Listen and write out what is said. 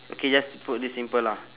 okay just put this simple ah